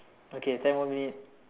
okay ten more minutes